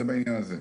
זה בעניין הזה.